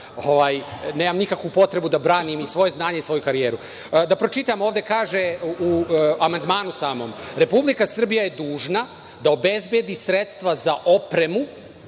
nemam nikakve potrebe da branim ni svoje znanje, ni svoju karijeru. Da pročitam, ovde, u samom amandmanu, kaže se: „Republika Srbija je dužna da obezbedi sredstva za opremu